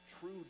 true